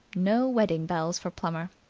no wedding-bells for plummer.